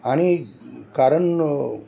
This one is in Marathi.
आणि कारण